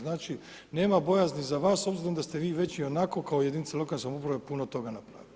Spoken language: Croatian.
Znači nema bojazni za vas s obzirom da ste vi već ionako kao jedinica lokalne samouprave puno toga napravili.